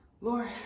lord